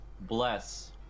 Bless